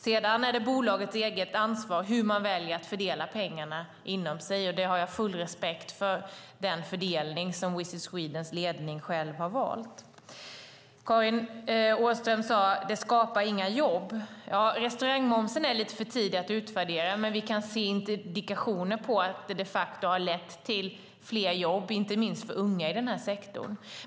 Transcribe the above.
Sedan är det bolagets eget ansvar hur man väljer att fördela pengarna inom sig, och jag har full respekt för den fördelning som Visit Swedens ledning själv har valt. Karin Åström sade att det inte skapar några jobb. Restaurangmomssänkningen är lite för tidig att utvärdera, men vi kan se indikationer på att den de facto har lett till fler jobb, inte minst för unga, i den här sektorn.